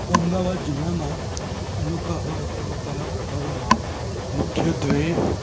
અમદાવાદ જિલ્લામાં અનોખા હોય એવા કળા પ્રકારોમાં મુખ્યત્ત્વે